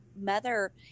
mother